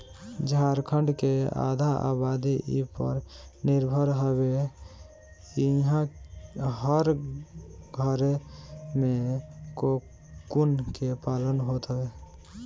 झारखण्ड के आधा आबादी इ पर निर्भर हवे इहां हर घरे में कोकून के पालन होत हवे